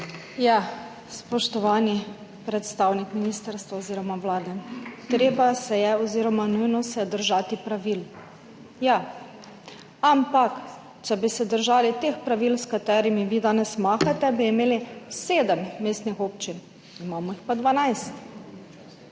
lepa. Spoštovani predstavnik Vlade! Treba se je oziroma nujno se je držati pravil, ja, ampak če bi se držali teh pravil, s katerimi vi danes mahate, bi imeli sedem mestnih občin, imamo jih pa dvanajst.